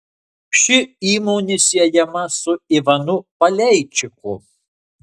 ši įmonė siejama su ivanu paleičiku